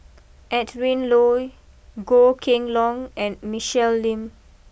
Adrin Loi Goh Kheng long and Michelle Lim